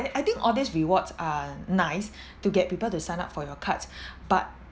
I think all these rewards are nice to get people to sign up for your cards but